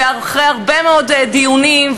ואחרי הרבה מאוד דיונים,